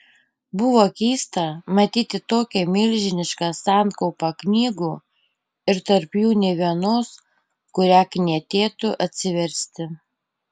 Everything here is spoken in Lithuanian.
buvo keista matyti tokią milžinišką sankaupą knygų ir tarp jų nė vienos kurią knietėtų atsiversti